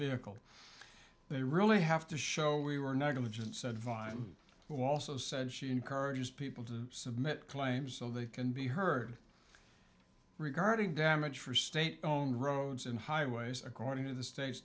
vehicle they really have to show we were negligent said via also said she encourages people to submit claims so they can be heard regarding damage for state own roads and highways according to the state